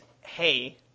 hey